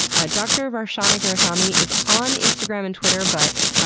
ah dr. vershana gurusamy is on instagram and twitter but,